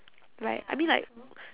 right I mean like